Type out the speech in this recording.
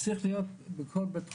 צריך להיות בכל בית חולים,